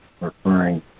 referring